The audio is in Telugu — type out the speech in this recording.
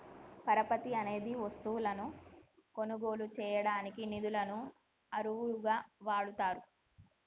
పరపతి అనేది వస్తువులను కొనుగోలు చేయడానికి నిధులను అరువుగా వాడతారు